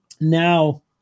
Now